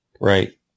Right